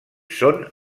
són